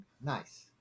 Nice